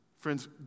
Friends